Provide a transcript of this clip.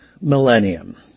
millennium